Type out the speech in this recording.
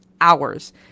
hours